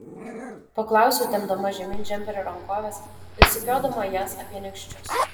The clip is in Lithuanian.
paklausiau tempdama žemyn džemperio rankoves ir sukiodama jas apie nykščius